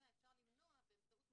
אלא אפשר למנוע באמצעותן